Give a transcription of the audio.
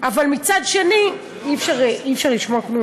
אבל מצד שני, אי-אפשר לשמוע כלום.